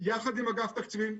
יחד עם אגף התקציבים,